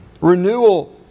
renewal